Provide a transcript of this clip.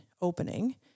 opening